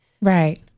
Right